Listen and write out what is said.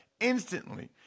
instantly